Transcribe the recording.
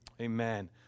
Amen